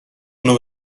اونو